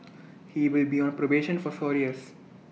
he will be on probation for four years